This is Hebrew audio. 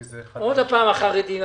החרדי.